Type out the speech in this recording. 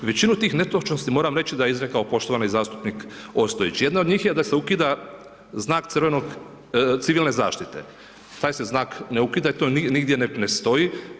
Većinu tih netočnosti, moram reći da da je izrekao poštovani zastupnik Ostojić, jedna od njih je da se ukida znak civilne zaštite, taj se znak ne ukida, to nigdje ne stoji.